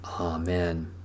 Amen